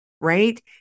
Right